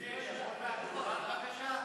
אדוני היושב-ראש, מהדוכן, בבקשה?